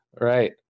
right